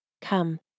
Come